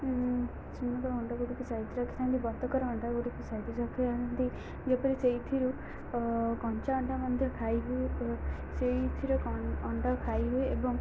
ସେମାନଙ୍କର ଅଣ୍ଡା ଗୁଡ଼ିକୁ ସାଇତି ରଖିଥାନ୍ତି ବତକର ଅଣ୍ଡା ଗୁଡ଼ିକୁ ସାଇତି ରଖିଥାନ୍ତି ଯେପରି ସେଇଥିରୁ କଞ୍ଚା ଅଣ୍ଡା ମଧ୍ୟ ଖାଇ ହୁଏ ସେଇଥିରୁ ଅଣ୍ଡା ଖାଇ ହୁଏ ଏବଂ